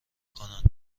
کنند